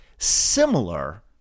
similar